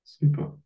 Super